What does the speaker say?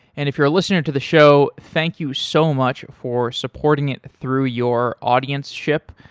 and if you're a listener to the show, thank you so much for supporting it through your audienceship,